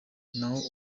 naho